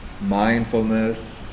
mindfulness